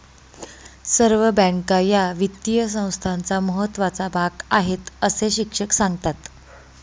सर्व बँका या वित्तीय संस्थांचा महत्त्वाचा भाग आहेत, अस शिक्षक सांगतात